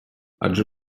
адже